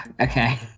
Okay